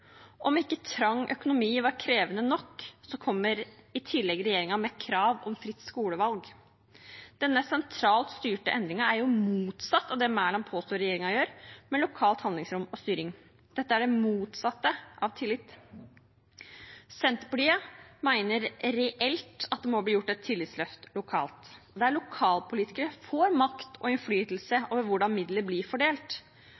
Om ikke trang økonomi var krevende nok, kommer i tillegg regjeringen med krav om fritt skolevalg. Denne sentralt styrte endringen er det motsatte av det statsråd Mæland påstår regjeringen gjør, nemlig å gi lokalt handlingsrom og styring. Dette er det motsatte av tillit. Senterpartiet mener reelt at det må bli gjort et tillitsløft lokalt, der lokalpolitikere får makt og